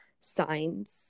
signs